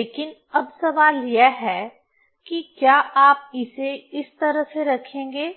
लेकिन अब सवाल यह है कि क्या आप इसे इस तरह से रखेंगे